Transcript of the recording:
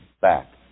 back